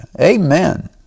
Amen